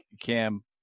Cam